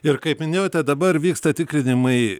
ir kaip minėjote dabar vyksta tikrinimai